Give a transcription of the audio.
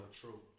true